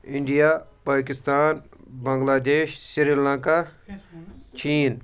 India Pakistan Bangladesh Sri Lanka چیٖن